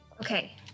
Okay